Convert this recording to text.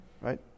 right